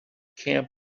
camp